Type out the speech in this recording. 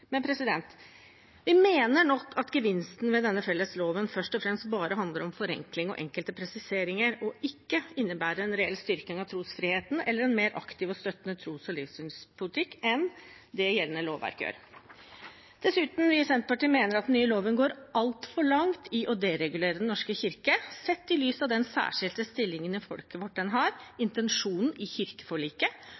Men vi mener nok at gevinsten med denne felles loven først og fremst bare handler om forenkling og enkelte presiseringer, den innebærer ikke en reell styrking av trosfriheten eller en mer aktiv og støttende tros- og livssynspolitikk enn det gjeldende lovverk gjør. Dessuten mener vi i Senterpartiet at den nye loven går altfor langt i å deregulere Den norske kirke, sett i lys av den særskilte stillingen den har i folket vårt, intensjonen i